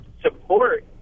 support